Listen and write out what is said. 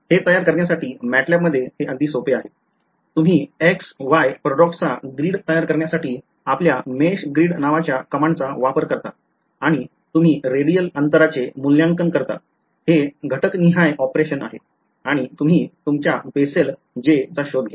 हे तयार करण्यासाठी मॅटलाब मध्ये हे अगदी सोपे आहे तुम्ही एक्स वाय पॉईंट्सचा ग्रीड तयार करण्यासाठी आपल्या मेषग्रीड नावाच्या कमांडचा वापर करता आणि तुम्ही रेडियल अंतराचे मूल्यांकन करता हे घटकनिहाय ऑपरेशन आहे आणि तुम्ही तुमच्या बेसल J चा शोध घ्या